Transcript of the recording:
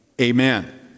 amen